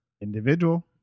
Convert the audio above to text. Individual